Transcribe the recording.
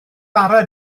bara